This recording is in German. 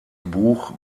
buch